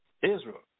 Israel